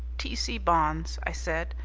t. c. bonds i said,